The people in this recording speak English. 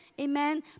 Amen